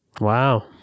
wow